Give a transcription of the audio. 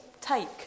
take